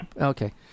Okay